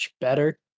better